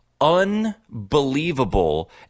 unbelievable